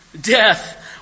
death